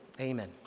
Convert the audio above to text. Amen